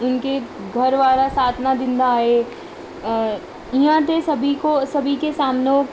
उन्हनि खे घरुवारा साथु न ॾींदा आहे ईअं ते सभी को सभी खे सामनो